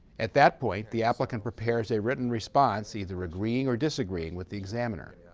at that point, the applicant prepares a written response, either agreeing or disagreeing with the examiner.